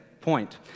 point